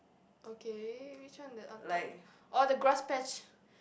okay which one the on top oh the grass patch